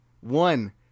One